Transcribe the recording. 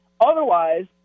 Otherwise